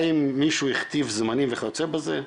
האם מישהו הכתיב זמנים וכיוצא בזה,